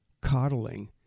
coddling